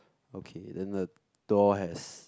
okay then the door has